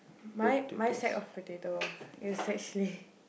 my my sack of potato is actually